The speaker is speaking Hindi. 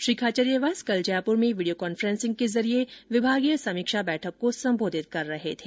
श्री खाचरियावास कल जयपुर में वीडियो कॉफ्रेंस के जरिये विभागीय समीक्षा बैठक को सम्बोधित कर रहे थे